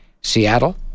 Seattle